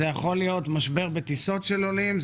זה יכול להיות משבר בטיסות של עולים,